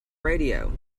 radio